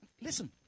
Listen